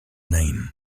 name